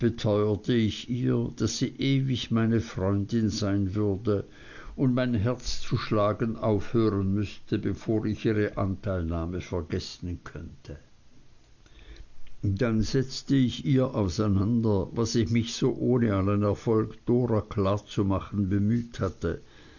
ihr daß sie ewig meine freundin sein würde und mein herz zu schlagen aufhören müßte bevor ich ihre anteilnahme vergessen könnte dann setzte ich ihr auseinander was ich mich so ohne allen erfolg dora klar zu machen bemüht hatte